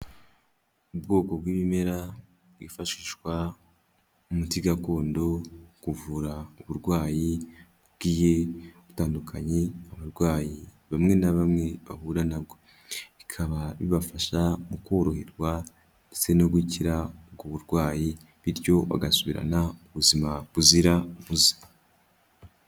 Ubwoko bw'ibimera bwifashishwa nk'umuti gakondo kuvura uburwayi bugiye butandukanye abarwayi bamwe na bamwe bahura nabwo, bikaba bibafasha mu koroherwa ndetse no gukira ubwo burwayi bityo bagasubirana ubuzima buzira umuze.